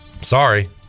Sorry